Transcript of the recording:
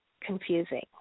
confusing